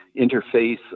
interface